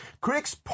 Critics